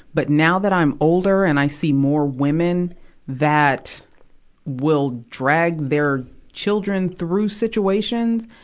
but now that i'm older and i see more women that will drag their children through situations.